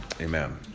amen